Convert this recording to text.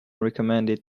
recommended